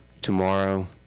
tomorrow